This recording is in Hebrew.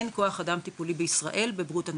אין כוח אדם טיפולי בישראל בבריאות הנפש.